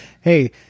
Hey